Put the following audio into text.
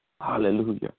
Hallelujah